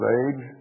age